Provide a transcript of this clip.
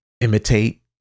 imitate